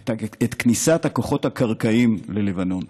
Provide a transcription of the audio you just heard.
את כניסת הכוחות הקרקעיים ללבנון.